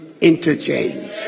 Interchange